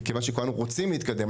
וכיוון שכולנו רוצים להתקדם,